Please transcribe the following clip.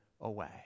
away